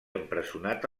empresonat